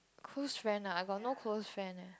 close friend ah I got no close friend eh